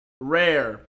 Rare